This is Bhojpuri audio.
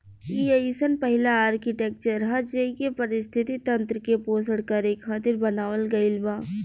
इ अइसन पहिला आर्कीटेक्चर ह जेइके पारिस्थिति तंत्र के पोषण करे खातिर बनावल गईल बा